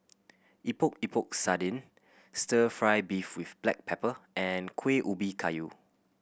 Epok Epok Sardin Stir Fry beef with black pepper and Kuih Ubi Kayu